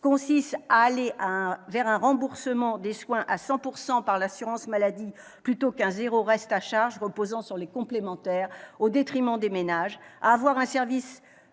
consiste à aller vers un remboursement des soins à 100 % par l'assurance maladie, plutôt que vers un « zéro reste à charge » reposant sur les complémentaires, au détriment des ménages, à avoir un service